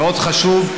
מאוד חשוב,